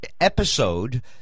episode